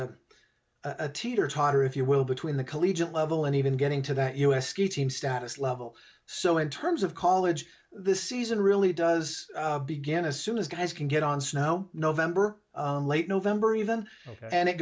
a a teeter totter if you will between the collegiate level and even getting to that u s ski team status level so in terms of college this season really does begin as soon as guys can get on snow november late november even and it